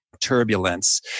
turbulence